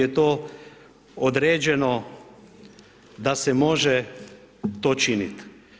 to određeno da se može to činit.